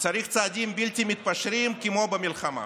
צריך צעדים בלתי מתפשרים כמו במלחמה.